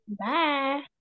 Bye